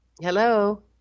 Hello